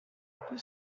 peut